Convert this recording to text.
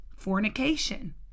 fornication